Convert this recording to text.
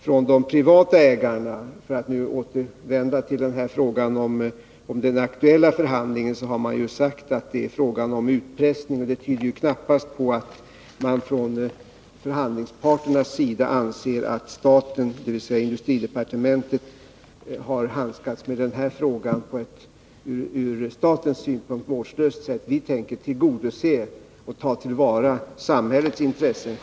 Från de privata ägarnas sida — för att återvända till den nu aktuella förhandlingen — har man sagt att det är fråga om utpressning, och det tyder knappast på att förhandlingsparterna anser att staten, dvs. industridepartementet, har handskats med den här frågan på ett från statens synpunkt vårdslöst sätt. Vi tänker självfallet tillgodose och ta till vara samhällets intressen.